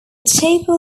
chapel